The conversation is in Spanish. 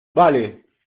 vale